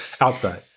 Outside